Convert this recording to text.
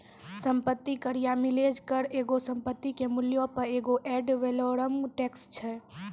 सम्पति कर या मिलेज कर एगो संपत्ति के मूल्यो पे एगो एड वैलोरम टैक्स छै